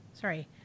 sorry